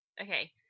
Okay